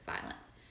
violence